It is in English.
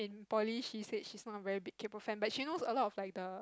in poly she said she's not a very big Kpop fan but she knows a lot of like the